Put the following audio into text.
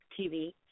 TV